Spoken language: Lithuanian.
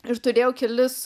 ir turėjau kelis